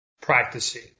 practicing